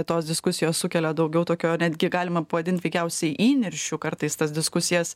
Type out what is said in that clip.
tos diskusijos sukelia daugiau tokio netgi galima pavadint veikiausiai įniršiu kartais tas diskusijas